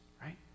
right